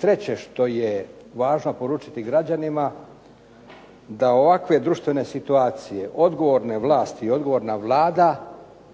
treće što je važno poručiti građanima da ovakve društvene situacije odgovorne vlasti i odgovorna Vlada